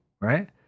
right